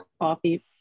coffee